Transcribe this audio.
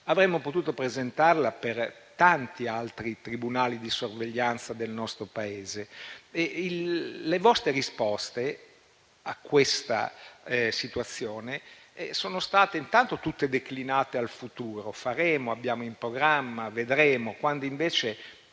avremmo potuto presentarla per tanti altri tribunali di sorveglianza del nostro Paese. Le vostre risposte a questa situazione sono state intanto tutte declinate al futuro (faremo, abbiamo in programma, vedremo), quando invece